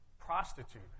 prostitute